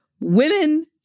women